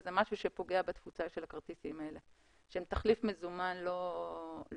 וזה משהו שפוגע בתפוצה של הכרטיס שבסך הכול הן תחליף מזומן לא רע.